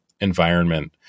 environment